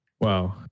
wow